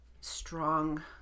strong